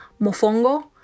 mofongo